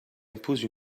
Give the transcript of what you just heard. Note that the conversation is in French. impose